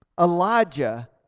Elijah